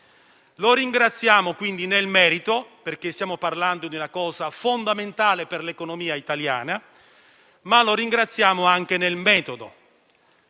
Lo ringraziamo quindi nel merito, perché stiamo parlando di una cosa fondamentale per l'economia italiana, ma lo ringraziamo anche nel metodo,